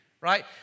Right